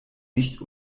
nicht